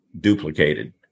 duplicated